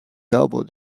double